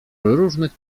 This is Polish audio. różnych